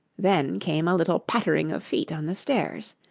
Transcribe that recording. then came a little pattering of feet on the stairs.